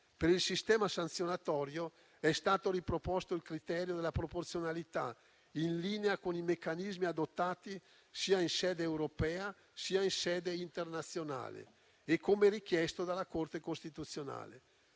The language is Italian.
Per il sistema sanzionatorio è stato riproposto il criterio della proporzionalità, in linea con i meccanismi adottati, sia in sede Europea, sia in sede internazionale e come richiesto dalla Corte costituzionale.